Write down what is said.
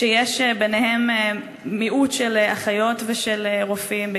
כשיש מיעוט של אחיות ושל רופאים,